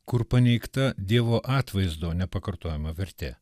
kur paneigta dievo atvaizdo nepakartojama vertė